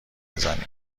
بزنیم